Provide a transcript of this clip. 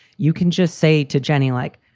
you can just say to jenny, like,